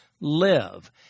Live